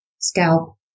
scalp